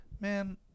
man –